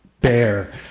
bear